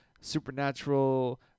supernatural